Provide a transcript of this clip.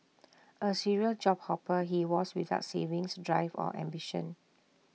A serial job hopper he was without savings drive or ambition